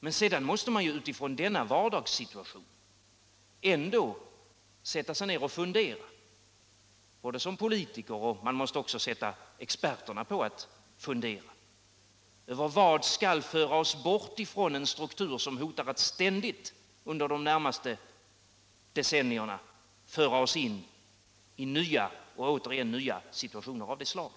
Men sedan måste man, med utgångspunkt i denna vardagssituation, ändå sätta sig ned och fundera — det gäller både politiker och experter —- över vad som kan föra oss bort från en struktur som hotar att ständigt under de närmaste decennierna försätta oss i nya situationer av detta slag.